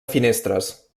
finestres